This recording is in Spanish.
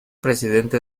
presidente